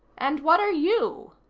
and what are you?